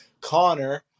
Connor